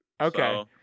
Okay